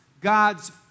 God's